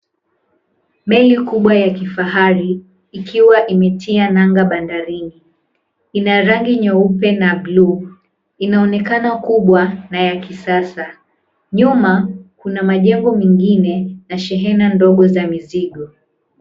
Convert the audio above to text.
Meli kubwa ya kifahari ikiwa imetia nanga bandarini. Ina rangi nyeupe na bluu, inaonekana kubwa na ya kisasa. Nyuma kuna majengo mengine na shehena ndogo za mizigo.